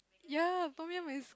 ya Tom-yum is